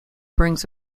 brings